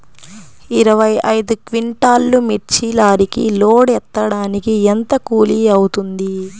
ఇరవై ఐదు క్వింటాల్లు మిర్చి లారీకి లోడ్ ఎత్తడానికి ఎంత కూలి అవుతుంది?